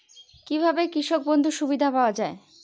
কি ভাবে কৃষক বন্ধুর সুবিধা পাওয়া য়ায়?